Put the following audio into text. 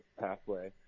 pathway